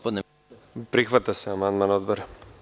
Prihvatam amandman Odbora.